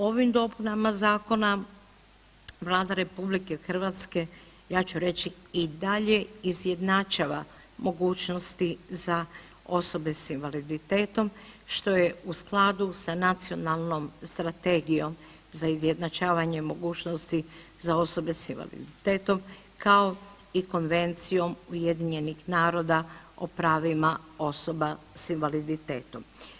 Ovim dopunama zakona Vlada RH ja ću reći i dalje izjednačava mogućnosti za osobe s invaliditetom što je u skladu sa Nacionalnom strategijom za izjednačavanje mogućnosti za osobe s invaliditetom kao i Konvencijom UN-a o pravima osoba s invaliditetom.